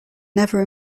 never